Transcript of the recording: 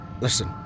Listen